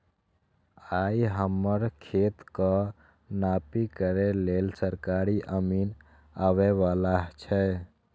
आइ हमर खेतक नापी करै लेल सरकारी अमीन आबै बला छै